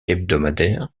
hebdomadaire